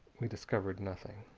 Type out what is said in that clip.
we discovered nothing.